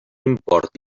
import